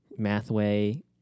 Mathway